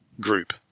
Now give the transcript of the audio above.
group